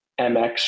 MX